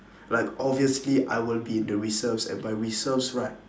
like obviously I will be the reserves and by reserves right